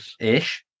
ish